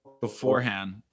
beforehand